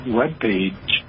webpage